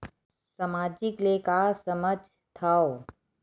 सामाजिक ले का समझ थाव?